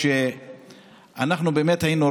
אגף התקציבים עושה מה שהוא